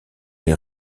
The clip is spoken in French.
les